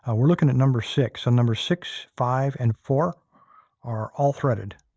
ah we're looking at number six. and number six, five and four are all threaded.